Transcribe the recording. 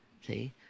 see